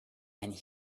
and